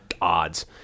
odds